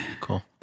Cool